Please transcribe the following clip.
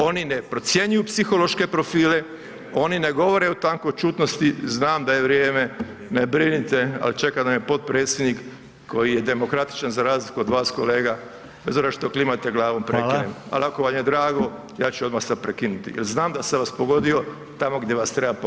Oni ne procjenjuju psihološke profile oni ne govore o tankoćutnosti, znam da je vrijeme, ne brinite, ali čeka me potpredsjednik koji je demokratičan za razliku od vas kolega bez obzira što klimate glavom prekinem, ali ako vam je drago ja ću odmah sad prekinuti jer znam da sam vas pogodio tamo gdje vas treba pogoditi.